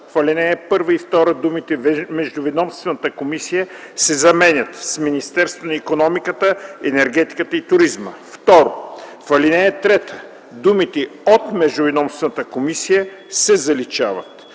В ал. 1 и 2 думите „Междуведомствената комисия” се заменят с „Министерството на икономиката, енергетиката и туризма”. 2. В ал. 3 думите „от Междуведомствената комисия” се заличават.